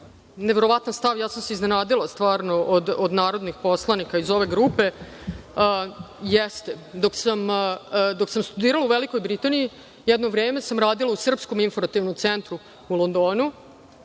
neverovatan stav, ja sam se iznenadila stvarno od narodnih poslanika iz ove grupe. Jeste, dok sam studirala u Velikoj Britaniji, jedno vreme sam radila u Srpskom informativnom centru u Londonu.